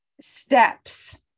steps